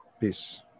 Peace